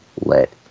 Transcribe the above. let